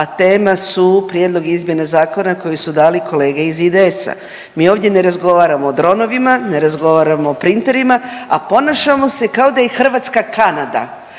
a tema su prijedlog izmjena zakona koji su dali kolege iz IDS-a. Mi ovdje ne razgovaramo o dronovima, ne razgovaramo o printerima, a ponašamo se kao da je Hrvatska Kanada